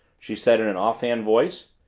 she said in an offhand voice.